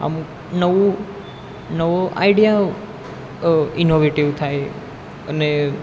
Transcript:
અમુક નવું નવો આઇડિયા ઇનોવેટિવ થાય અને